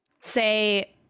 say